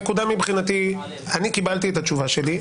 מבחינתי, אני קיבלתי את התשובה שלי.